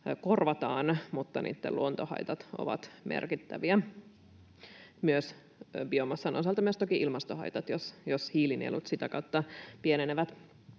korvataan, niin niitten luontohaitat ovat merkittäviä myös biomassan osalta — toki myös ilmastohaitat, jos hiilinielut sitä kautta pienenevät.